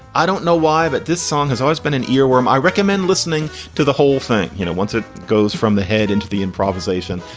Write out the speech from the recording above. i don't know why, but this song has always been an earworm. i recommend listening to the whole thing. you know, once it goes from the head into the improvisation,